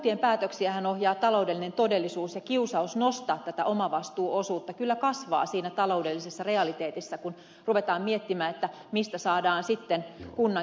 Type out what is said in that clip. kuntien päätöksiähän ohjaa taloudellinen todellisuus ja kiusaus nostaa tätä omavastuuosuutta kyllä kasvaa siinä taloudellisessa realiteetissa kun ruvetaan miettimään mistä saadaan sitten kunnan kirstuun rahaa